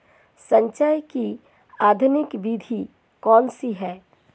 सिंचाई की आधुनिक विधि कौन सी है?